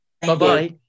Bye-bye